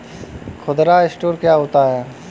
खुदरा स्टोर क्या होता है?